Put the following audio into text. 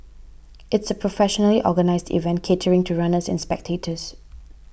it's a professionally organised event catering to runners and spectators